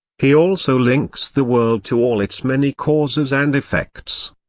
he also links the world to all its many causes and effects.